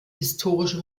historische